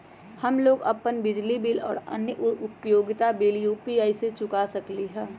हम लोग अपन बिजली बिल और अन्य उपयोगिता बिल यू.पी.आई से चुका सकिली ह